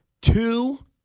two